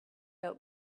out